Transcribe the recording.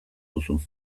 duzu